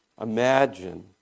Imagine